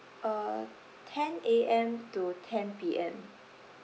uh ten A_M to ten P_M